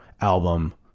album